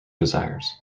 desires